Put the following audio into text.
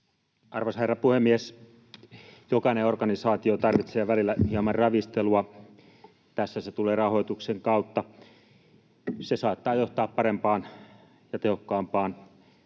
Arvoisa herra puhemies! Jokainen organisaatio tarvitsee välillä hieman ravistelua. Tässä se tulee rahoituksen kautta. Se saattaa johtaa parempaan, tehokkaampaan